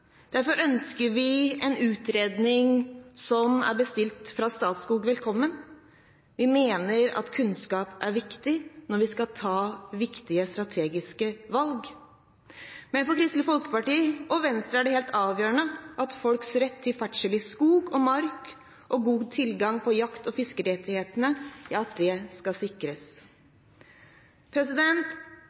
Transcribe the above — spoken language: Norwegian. Derfor ønsker vi en utredning som er bestilt fra Statskog, velkommen. Vi mener at kunnskap er viktig når vi skal ta viktige strategiske valg. Men for Kristelig Folkeparti og Venstre er det helt avgjørende at folks rett til ferdsel i skog og mark og god tilgang på jakt- og fiskerettigheter skal sikres. Jeg er glad for at det